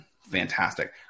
fantastic